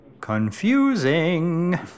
Confusing